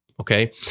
Okay